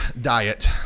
diet